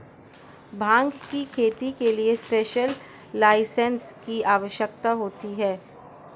भांग की खेती के लिए स्पेशल लाइसेंस की आवश्यकता होती है